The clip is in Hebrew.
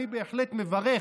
אני בהחלט מברך